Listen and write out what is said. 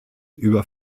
über